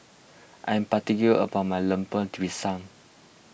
I'm particular about my Lemper Pisang